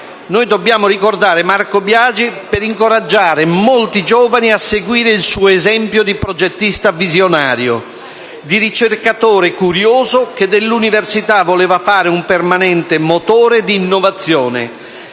noi dobbiamo ricordare Marco Biagi per incoraggiare molti giovani a seguire il suo esempio di progettista visionario, di ricercatore curioso che dell'università voleva fare un permanente motore di innovazione,